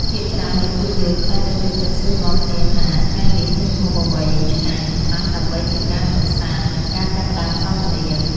ភាគច្រើននៃពួកយើងតែងតែចូលចិត្តសួរនាំគ្នាថាថ្ងៃនេះមានម្ហូបអ្វីឆ្ងាញ់ខ្លះដើម្បីជាការកម្សាន្តនិងការចាប់ផ្តើមសន្ទនា។